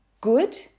good